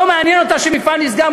לא מעניין אותה שמפעל נסגר.